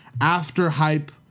after-hype